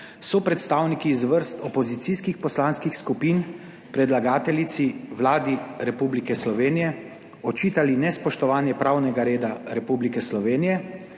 so predstavniki iz vrst opozicijskih poslanskih skupin predlagateljici Vladi Republike Slovenije očitali nespoštovanje pravnega reda Republike Slovenije,